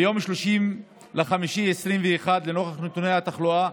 ביום 30 באפריל 2021,